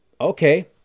okay